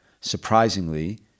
Surprisingly